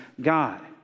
God